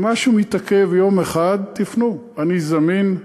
אם משהו מתעכב יום אחד, תפנו, אני זמין.